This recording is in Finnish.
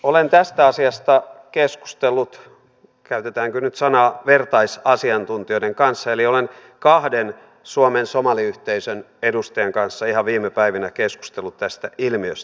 olen tästä asiasta keskustellut käytetäänkö nyt tätä sanaa vertaisasiantuntijoiden kanssa eli olen kahden suomen somaliyhteisön edustajan kanssa ihan viime päivinä keskustellut tästä ilmiöstä